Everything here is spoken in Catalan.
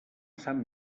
sant